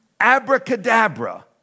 Abracadabra